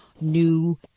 new